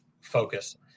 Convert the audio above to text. focus